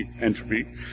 entropy